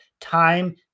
time